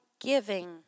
giving